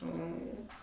ugh